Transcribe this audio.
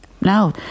No